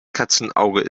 katzenauge